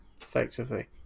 effectively